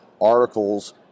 articles